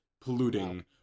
polluting